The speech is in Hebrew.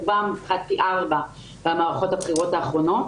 מלשון פי ארבע, במערכות הבחירות האחרונות.